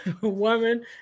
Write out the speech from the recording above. woman